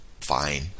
fine